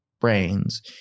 brains